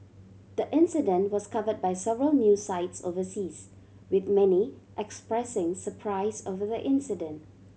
the incident was covered by several news sites overseas with many expressing surprise over the incident